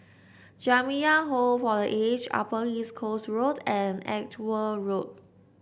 Jamiyah Home for The Aged Upper East Coast Road and Edgware Road